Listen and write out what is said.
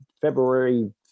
February